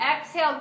Exhale